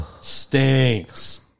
Stinks